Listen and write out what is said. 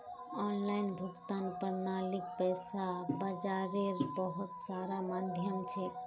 online भुगतान प्रणालीक पैसा बाजारेर बहुत सारा माध्यम छेक